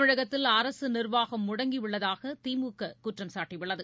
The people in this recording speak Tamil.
தமிழகத்தில் அரசு நிா்வாகம் முடங்கியுள்ளதாக திமுக குற்றம் சாட்டியுள்ளது